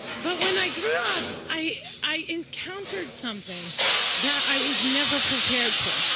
but when i grew up, i encountered something that i was never prepared for.